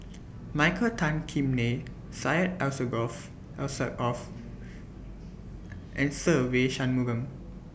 Michael Tan Kim Nei Syed Alsagoff L Sir off and Se Ve Shanmugam